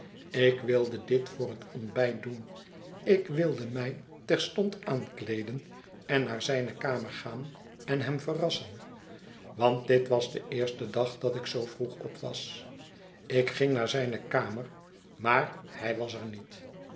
ik wilde dit voor het ontbijt doen ik wilde mij terstond aankleeden en naar zijne kamer gaan en hem verrassen want dit was de eerste dag dat ik zoo vroeg op was ik ging naar zijne kamer maar hij was er niet